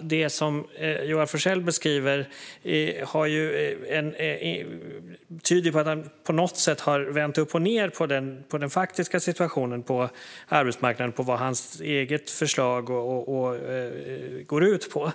Det som Joar Forssell beskriver tyder på att han på något sätt har vänt upp och ned på den faktiska situationen på arbetsmarknaden och på vad hans eget förslag går ut på.